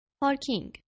Parking